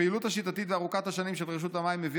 הפעילות השיטתית וארוכת השנים של רשות המים כבר